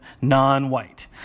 non-white